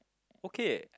okay